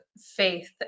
faith